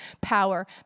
power